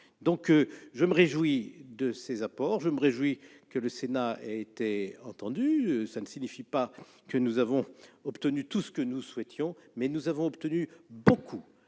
Je me réjouis donc de ces apports et je me félicite que le Sénat ait été entendu. Cela ne signifie pas que nous ayons eu tout ce que nous souhaitions, mais nous avons obtenu beaucoup